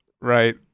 right